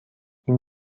این